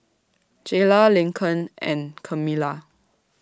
Jaylah Lincoln and Camilla